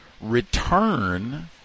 return